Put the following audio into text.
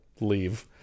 leave